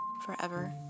forever